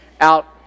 out